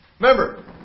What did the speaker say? Remember